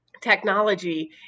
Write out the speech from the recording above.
technology